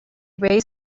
raised